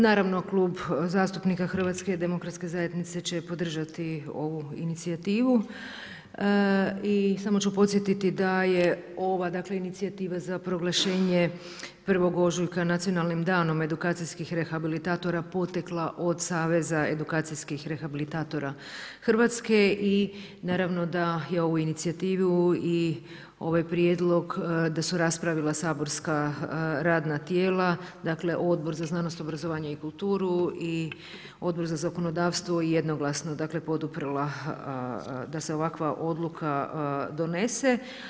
Naravno Klub zastupnika HDZ-a će podržati ovu inicijativu i samo ću podsjetiti da je ova Inicijativa za proglašenje 1. ožujka Nacionalnim danom edukacijskih rehabilitatora potekla od Saveza edukacijskih rehabilitatora Hrvatske i naravno da je ovu inicijativu i ovaj prijedlog da su raspravila saborska radna tijela dakle Odbor za znanost, obrazovanje i kulturu i Odbor za zakonodavstvo jednoglasno poduprla da se ovaka odluka donese.